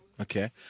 Okay